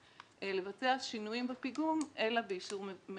לבצע שינויים בפיגום אלא באישור מנהל עבודה.